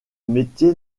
métier